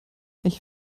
ich